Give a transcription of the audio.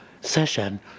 session